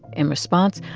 in response,